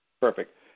Perfect